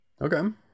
okay